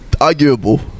arguable